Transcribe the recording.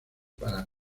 para